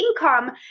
income